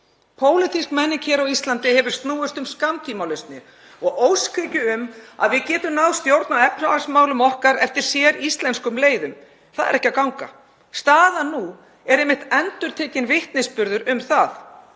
Pólitísk menning hér á Íslandi hefur snúist um skammtímalausnir og óskhyggju um að við getum náð stjórn á efnahagsmálum okkar eftir séríslenskum leiðum. Það er ekki að ganga. Staðan nú er einmitt endurtekinn vitnisburður um það.